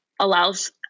allows